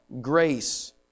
grace